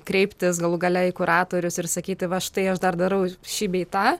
kreiptis galų gale į kuratorius ir sakyti va štai aš dar darau šį bei tą